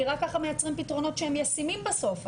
כי רק ככה מייצרים פתרונות שהם ישימים בסוף.